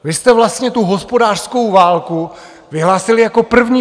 Vy jste vlastně tu hospodářskou válku vyhlásili přece jako první!